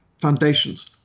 foundations